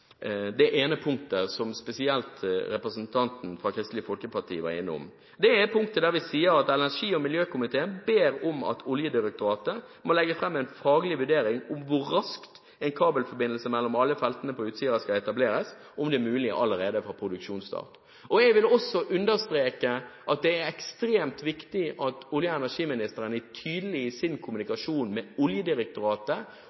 det ene punktet som spesielt representanten fra Kristelig Folkepartiet var innom. Det er punktet hvor vi sier at energi- og miljøkomiteen ber om at Oljedirektoratet må legge fram en faglig vurdering av om hvor raskt en kabelforbindelse mellom alle feltene på Utsira skal etableres, og om det er mulig allerede fra produksjonsstart. Jeg vil også understreke at det er ekstremt viktig at olje- og energiministeren er tydelig i sin